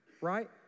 right